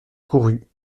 courut